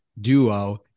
duo